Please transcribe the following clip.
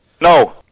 No